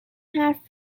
حرف